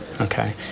Okay